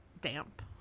damp